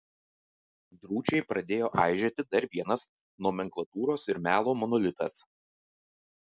drūčiai pradėjo aižėti dar vienas nomenklatūros ir melo monolitas